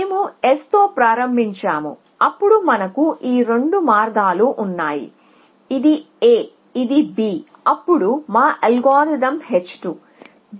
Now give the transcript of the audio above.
మేము S తో ప్రారంభించాము అప్పుడు మనకు ఈ రెండు మార్గాలు ఉన్నాయి ఇది A ఇది B అప్పుడు మా అల్గోరిథం h2